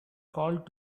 called